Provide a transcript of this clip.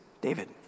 David